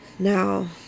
now